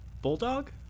bulldog